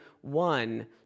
one